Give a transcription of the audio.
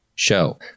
show